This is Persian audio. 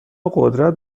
قدرت